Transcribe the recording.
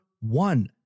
one